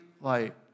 light